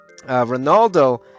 Ronaldo